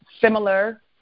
similar